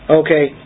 okay